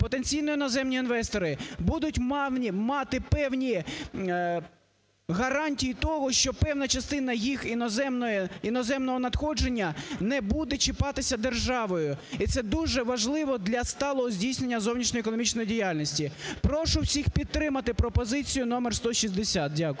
потенційно іноземні інвестори будуть мати певні гарантії того, що певна частина їх іноземної... іноземного надходження не буде чіпатися державою. І це дуже важливо для сталого здійснення зовнішньоекономічної діяльності. Прошу всіх підтримати пропозицію №160. Дякую.